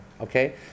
okay